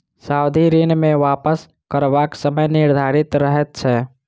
सावधि ऋण मे वापस करबाक समय निर्धारित रहैत छै